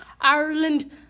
Ireland